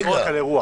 לא רק על אירוע.